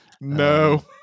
No